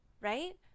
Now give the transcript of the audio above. right